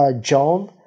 John